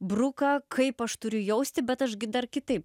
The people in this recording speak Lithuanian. bruka kaip aš turiu jausti bet aš gi dar kitaip